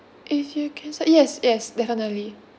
if you cancel yes yes definitely